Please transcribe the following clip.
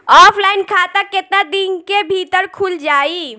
Offline खाता केतना दिन के भीतर खुल जाई?